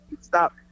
stop